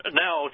now